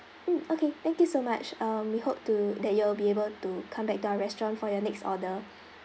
mm okay thank you so much um we hope to that you'll be able to come back to our restaurant for your next order